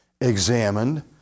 examined